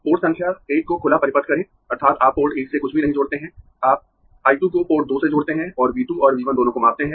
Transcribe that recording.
port संख्या 1 को खुला परिपथ करें अर्थात् आप पोर्ट 1 से कुछ भी नहीं जोड़ते है आप I 2 को पोर्ट 2 से जोड़ते है और V 2 और V 1 दोनों को मापते है